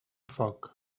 foc